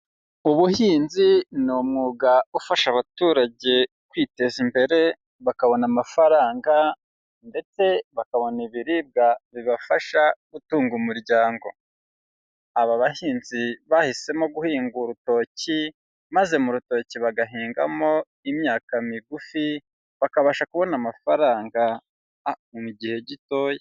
Ubuhinzi ni umwuga ufasha abaturage kwiteza imbere bakabona amafaranga ndetse bakabona ibiribwa bibafasha gutunga umuryango, aba bahinzi bahisemo guhinga urutoki maze mu rutoki bagahingamo imyaka migufi bakabasha kubona amafaranga mu gihe gitoya.